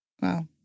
Wow